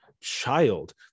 child